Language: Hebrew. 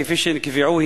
כפי שנקבעו,